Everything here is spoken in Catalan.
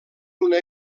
una